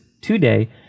today